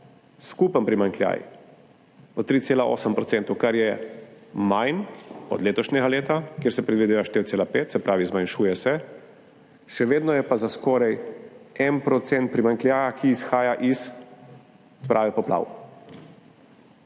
Skupen primanjkljaj bo 3,8 %, kar je manj od letošnjega leta, kjer se predvideva 4,5, se pravi se zmanjšuje, še vedno je pa za skoraj 1 % primanjkljaja, ki izhaja iz odprave poplav.